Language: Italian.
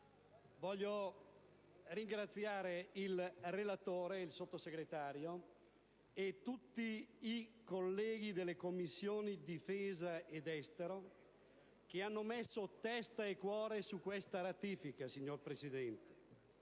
Voglio ringraziare il relatore, il Sottosegretario e tutti i colleghi delle Commissioni difesa e esteri che hanno messo testa e cuore in questa ratifica. Infatti,